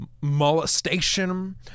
molestation